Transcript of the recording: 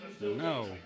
No